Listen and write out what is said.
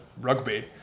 rugby